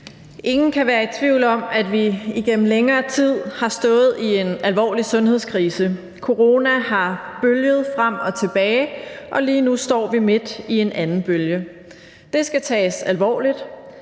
Ingen kan være i tvivl om, at vi igennem længere tid har stået i en alvorlig sundhedskrise. Coronaen har bølget frem og tilbage, og lige nu står vi midt i en anden bølge. Det skal tages alvorligt,